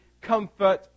comfort